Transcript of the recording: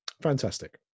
Fantastic